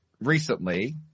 recently